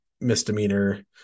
misdemeanor